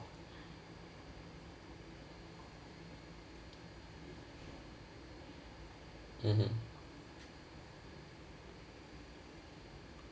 mmhmm